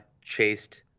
chased